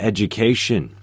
Education